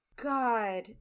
God